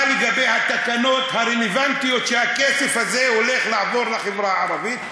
מה לגבי התקנות הרלוונטיות לגבי הכסף הזה שהולך לעבור לחברה הערבית?